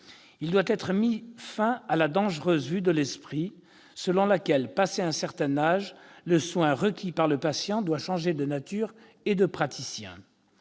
Il doit être mis fin à la dangereuse vue de l'esprit selon laquelle passé un certain âge le soin requis par le patient doit changer de nature et de praticien.